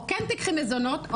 או כן תיקחי מזונות,